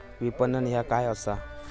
विपणन ह्या काय असा?